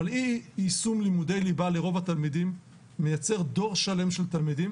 אבל אי יישום לימודי ליבה לרוב התלמידים מייצר דור שלם של תלמידים